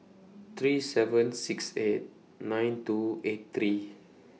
three seven six eight nine two eight three